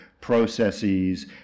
processes